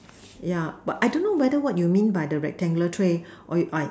yeah but I don't know whether what you mean by the rectangular tray or you I